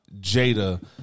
Jada